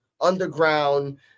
underground